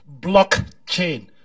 blockchain